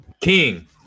King